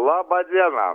labą dieną